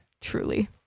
Truly